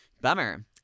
Bummer